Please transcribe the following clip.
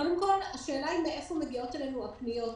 קודם כל, השאלה היא מאיפה מגיעות אלינו הפניות.